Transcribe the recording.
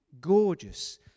gorgeous